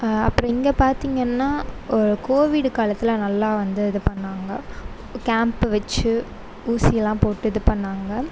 அப்புறம் இங்கே பார்த்திங்கன்னா கோவிட் காலத்தில் நல்லா வந்து இது பண்ணிணாங்க கேம்ப்பு வைச்சு ஊசியெல்லாம் போட்டு இது பண்ணிணாங்க